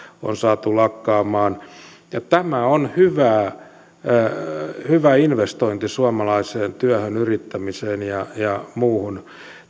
on saatu lakkaamaan tämä on hyvä investointi suomalaiseen työhön yrittämiseen ja ja muuhun